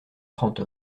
trente